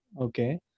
okay